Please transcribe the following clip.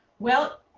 well